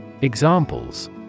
Examples